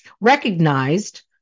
recognized